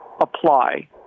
apply